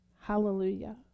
Hallelujah